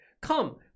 Come